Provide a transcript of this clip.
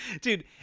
Dude